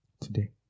today